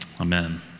amen